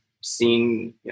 seen